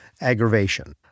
aggravation